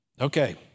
okay